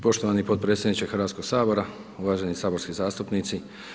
Poštovani podpredsjedniče Hrvatskog sabora, uvaženi saborski zastupnici.